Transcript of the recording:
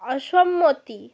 অসম্মতি